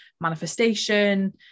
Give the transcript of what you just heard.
manifestation